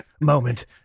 moment